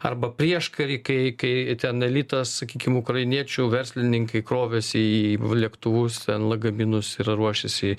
arba prieškarį kai kai ten elitas sakykim ukrainiečių verslininkai krovėsi į lėktuvus ten lagaminus ir ruošėsi